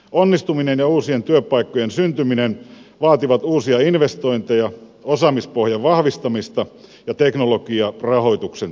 onnistuminen ja uusien työpaikkojen syntyminen vaativat uusia investointeja osaamispohjan vahvistamista ja teknologiarahoituksen tehostamista